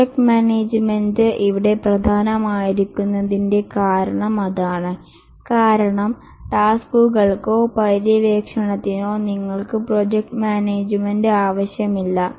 project management ഇവിടെ പ്രധാനമായിരിക്കുന്നതിന്റെ കാരണം അതാണ് കാരണം ടാസ്ക്കുകൾക്കോ പര്യവേക്ഷണത്തിനോ നിങ്ങൾക്ക് പ്രോജക്റ്റ് മാനേജുമെന്റ് ആവശ്യമില്ല